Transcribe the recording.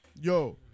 Yo